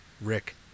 Rick